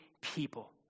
people